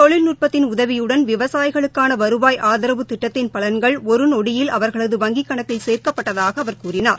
தொழில்நுட்பத்தின் உதவிபுடன் விவசாயிகளுக்கானவருவாய் ஆதரவு திட்டத்தின் பலன்கள் ஒருநொடியில் அவர்களது வங்கிக் கணக்கில் சேர்க்கப்பட்டதாகஅவர் கூறினார்